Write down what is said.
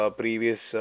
previous